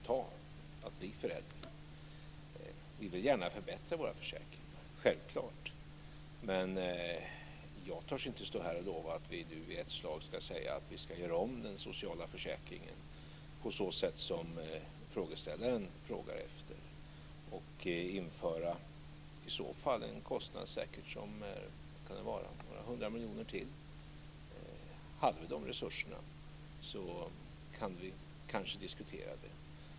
Vi vill självklart gärna förbättra våra försäkringar, men jag törs inte lova att vi nu i ett slag ska göra om socialförsäkringen på det sätt som frågeställaren frågar efter och i så fall tillföra en kostnad på några hundra miljoner. Hade vi de resurserna hade vi kanske kunnat diskutera det.